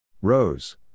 Rose